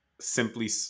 simply